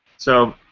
so,